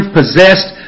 possessed